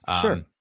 sure